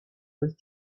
with